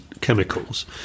chemicals